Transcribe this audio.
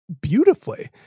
beautifully